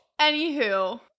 Anywho